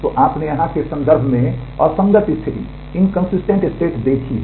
तो आपने यहाँ के संदर्भ में असंगत स्थिति देखी है